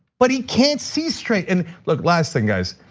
but he can't see straight. and like last thing guys,